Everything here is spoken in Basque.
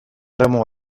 gramo